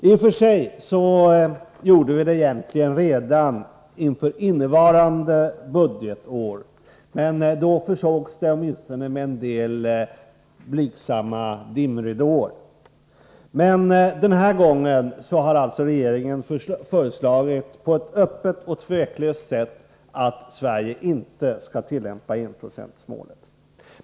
I och för sig gjorde vi det egentligen redan inför innevarande budgetår, men det beslutet försågs åtminstone med en del blygsamma dimridåer. Denna gång har regeringen på ett öppet och tveklöst sätt föreslagit att Sverige inte skall tillämpa enprocentsmålet.